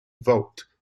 vault